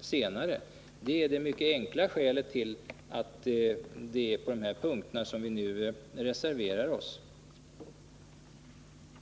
senare. Detta är det enkla skälet till att vi nu reserverar oss på enbart två punkter.